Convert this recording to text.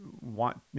want